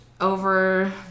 over